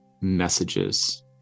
messages